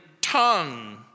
tongue